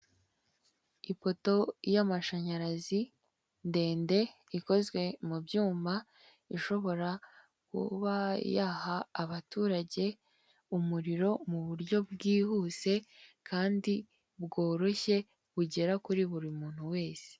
Ipoto y'amashanyarazi ndende ikozwe mu byuma, ishobora kuba yaha abaturage umuriro mu buryo bwihuse kandi bworoshye bugera kuri buri muntu wese.